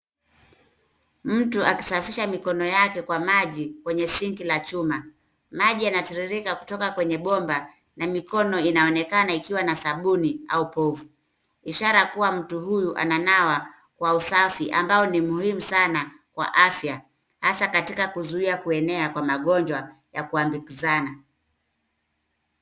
Mtu akisafisha mikono yake kwa maji kwenye sinki la chuma ,maji yanatiririka kutoka kwenye bomba na mikono inaonekana ikiwa na sabuni au povu ishara kuwa mtu huyu ananawa kwa usafi ambao ni muhumu sana kwa afya hasa katika kuzuia kuenea kwa magojwa ya kuambukizana.